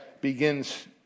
begins